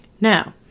Now